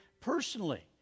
personally